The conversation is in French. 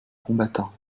combattants